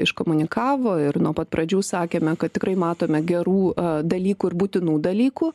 iškomunikavo ir nuo pat pradžių sakėme kad tikrai matome gerų dalykų ir būtinų dalykų